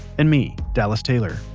and me dallas taylor,